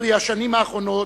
פרי השנים האחרונות,